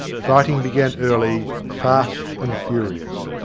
fighting began early, fast and furious.